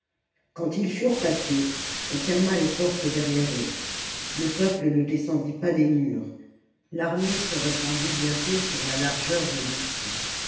quand ils furent passés on ferma les portes derrière eux le peuple ne descendit pas des murs l'armée se répandit bientôt sur la largeur de l'isthme